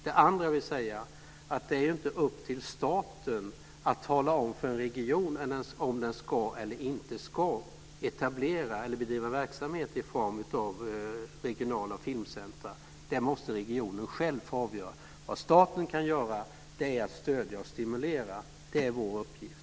Det är inte upp till staten att tala om för en region om den ska etablera ett regionalt filmcentrum och bedriva verksamhet där. Det måste regionen själv få avgöra. Vad staten kan göra är att stödja och stimulera. Det är vår uppgift.